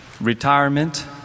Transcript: retirement